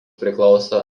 priklauso